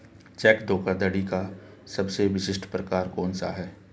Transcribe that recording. Check धोखाधड़ी का सबसे विशिष्ट प्रकार कौन सा है?